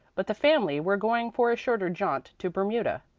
but the family were going for a shorter jaunt to bermuda.